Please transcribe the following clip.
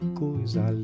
coisa